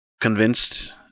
convinced